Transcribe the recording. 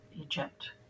Egypt